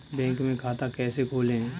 Bank में खाता कैसे खोलें?